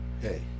Hey